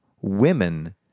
women